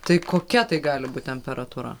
tai kokia tai gali būt temperatūra